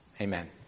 Amen